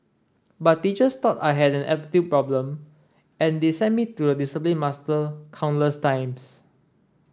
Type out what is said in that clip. but teachers thought I had an problem and they sent me to the discipline master countless times